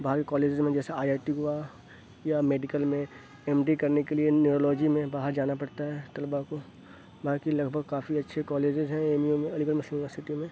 باہری کالجیز میں جیسے آئی آئی ٹی ہوا یا میڈیکل میں ایم ڈی کرنے کے لیے نیورولوجی میں باہر جانا پڑتا ہے طلبا کو باقی لگ بھگ کافی اچھے کالجیز ہیں اے ایم یو میں علی گڑھ مسلم یونیورسٹی میں